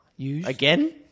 Again